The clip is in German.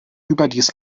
überdies